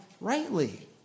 rightly